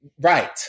Right